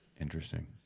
Interesting